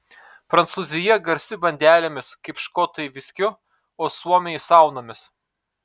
prancūzija garsi bandelėmis kaip škotai viskiu o suomiai saunomis